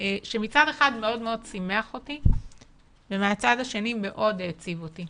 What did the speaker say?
שמצד אחד מאוד שימח אותי ומצד שני מאוד העציב אותי.